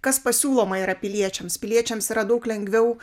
kas pasiūloma yra piliečiams piliečiams yra daug lengviau